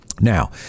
Now